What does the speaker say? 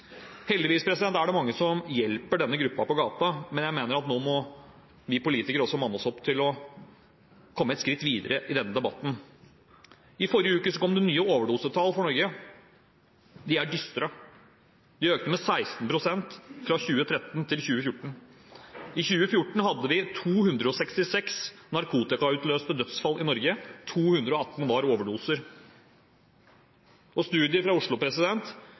er det mange som hjelper denne gruppen på gaten, men jeg mener at nå må også vi politikere manne oss opp til å komme et skritt videre i denne debatten. I forrige uke kom det nye overdosetall for Norge. De er dystre. De økte med 16 pst. fra 2013 til 2014. I 2014 hadde vi 266 narkotikautløste dødsfall i Norge – 218 var overdoser. Studier fra Oslo